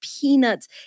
peanuts